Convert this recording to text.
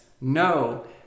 No